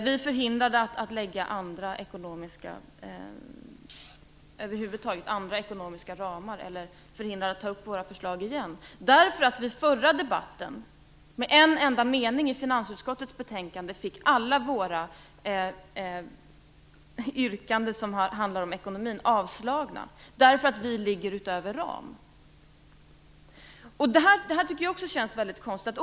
Vi är förhindrade att ta upp våra förslag igen, därför att vi vid den förra debatten, genom en enda mening i finansutskottets betänkande, fick alla våra yrkanden som handlar om ekonomin avslagna, därför att våra förslag ligger utöver ram. Det här tycker jag också känns väldigt konstigt.